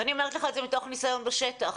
ואני אומרת לך את זה מתוך ניסיון בשטח,